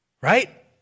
right